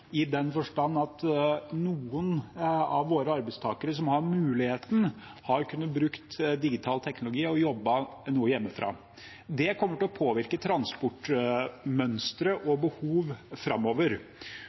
i den forstand at noen av de arbeidstakerne som har muligheten, har kunnet bruke digital teknologi og jobbe noe hjemmefra. Det kommer til å påvirke